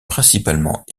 principalement